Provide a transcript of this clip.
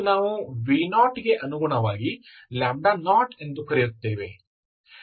ಮತ್ತು ನಾವು v0 ಗೆ ಅನುಗುಣವಾಗಿ 0 ಎಂದು ಕರೆಯುತ್ತೇವೆ